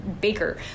baker